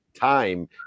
time